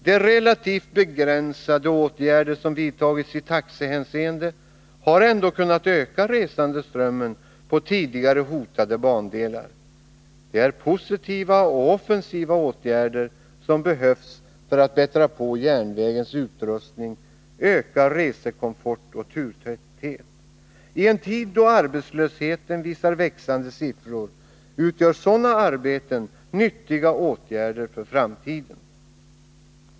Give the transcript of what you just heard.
De relativt begränsade åtgärder som vidtagits i taxehänseende har ändock kunnat öka resandeströmmen på tidigare hotade bandelar. Det är positiva och offensiva åtgärder som behövs för att bättra på järnvägens utrustning, öka resekomfort och turtäthet. I en tid då arbetslösheten visar växande siffror utgör sådana arbeten nyttiga åtgärder för framtiden.